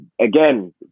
Again